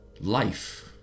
life